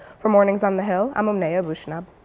for mornings on the hill, i'm omneya aboushanab.